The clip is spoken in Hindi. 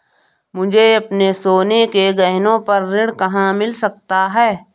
मुझे अपने सोने के गहनों पर ऋण कहाँ मिल सकता है?